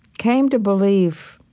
came to believe,